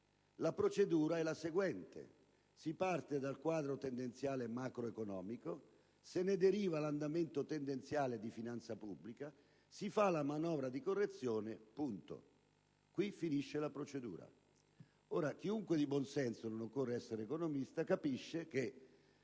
la procedura è la seguente: si parte dal quadro tendenziale macroeconomico, se ne deriva l'andamento tendenziale di finanza pubblica, si fa la manovra di correzione e qui finisce la procedura. Chiunque di buon senso - non occorre essere economisti - capisce che